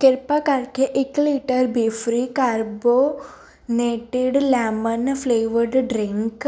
ਕ੍ਰਿਪਾ ਕਰਕੇ ਇੱਕ ਲੀਟਰ ਬੀਫ੍ਰੀ ਕਾਰਬੋਨੇਟਿਡ ਲੈਮਨ ਫਲੇਵਰਡ ਡਰਿੰਕ